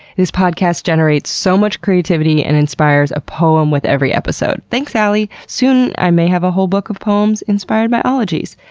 this podcast generates so much creativity and inspires a poem with every episode. thanks, alie! soon i may have a whole book of poems inspired by ologies.